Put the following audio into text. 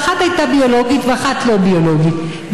שאחת הייתה ביולוגית ואחת לא ביולוגית,